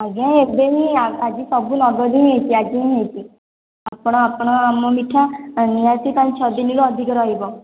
ଆଜ୍ଞା ଏବେହିଁ ଆଜି ସବୁ ହଁ ନଗଦ ହେଇଛି ଆଜି ହିଁ ହେଇଛି ଆପଣ ଆପଣ ଆମ ମିଠା ନିହାତି ପାଞ୍ଚ ଛଅ ଦିନରୁ ଅଧିକ ରହିବ